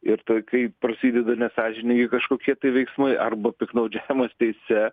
ir tai kai prasideda nesąžiningi kažkokie veiksmai arba piktnaudžiavimas teise